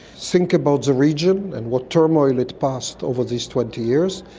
think about the region and what turmoil it passed over these twenty years,